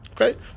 Okay